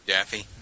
Daffy